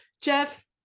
Jeff